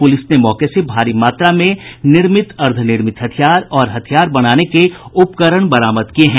police ने मौके से भारी मात्रा में निर्मित अर्द्धनिर्मित हथियार और हथियार बनाने के उपकरण बरामद किये हैं